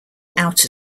outer